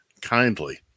kindly